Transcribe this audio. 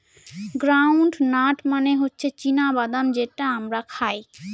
ground nut মানে হচ্ছে চীনা বাদাম যেটা আমরা খাই